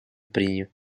принимать